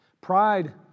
Pride